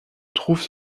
trouvent